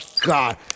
God